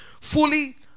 fully